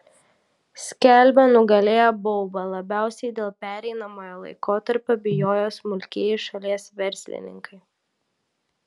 skelbia nugalėję baubą labiausiai dėl pereinamojo laikotarpio bijoję smulkieji šalies verslininkai